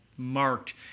marked